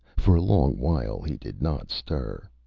for a long while he did not stir.